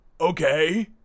Okay